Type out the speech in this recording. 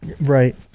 right